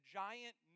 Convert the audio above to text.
giant